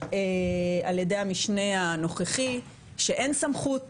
על ידי המשנה הנוכחי, שאין סמכות